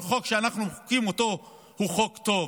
אבל לא כל חוק שאנחנו מחוקקים הוא חוק טוב.